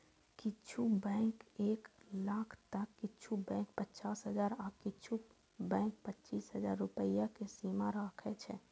किछु बैंक एक लाख तं किछु बैंक पचास हजार आ किछु बैंक पच्चीस हजार रुपैया के सीमा राखै छै